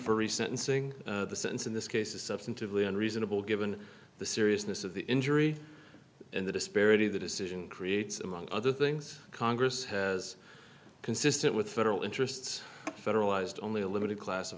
free sentencing the sentence in this case is substantively and reasonable given the seriousness of the injury and the disparity the decision creates among other things congress has consistent with federal interests federalized only a limited class of